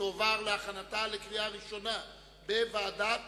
מוקדם בוועדת